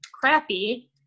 crappy